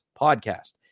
podcast